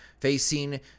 facing